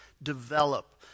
develop